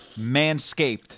Manscaped